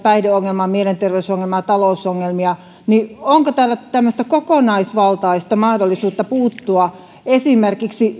päihdeongelmaa mielenterveysongelmaa talousongelmia niin onko tällaista kokonaisvaltaista mahdollisuutta puuttua esimerkiksi